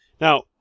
Now